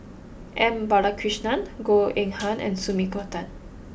M Balakrishnan Goh Eng Han and Sumiko Tan